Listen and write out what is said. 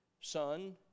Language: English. Son